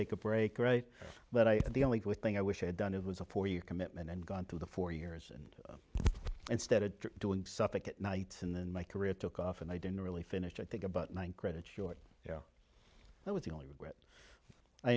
take a break but i the only thing i wish i had done it was a four year commitment and gone through the four years and instead of doing stuff like at night and then my career took off and i didn't really finish i think about nine credits short you know that was the only regret i